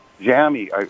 Jammy